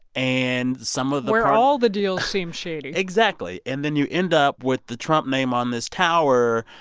and some of them. where all the deals seem shady exactly. and then you end up with the trump name on this tower.